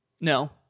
No